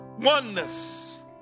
oneness